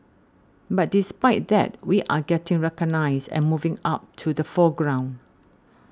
but despite that we are getting recognised and moving up to the forefront